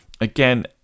again